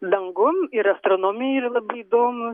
dangum ir astronomija yra labai įdomus